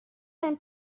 دونم